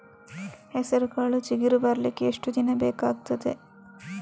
ಹೆಸರುಕಾಳು ಚಿಗುರು ಬರ್ಲಿಕ್ಕೆ ಎಷ್ಟು ದಿನ ಬೇಕಗ್ತಾದೆ?